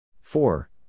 four